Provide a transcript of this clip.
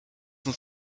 uns